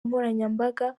nkoranyambaga